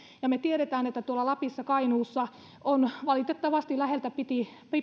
me tiedämme että tuolla lapissa ja kainuussa on valitettavasti läheltä piti